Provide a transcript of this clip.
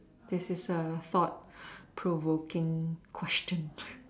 this is sort of thought provoking question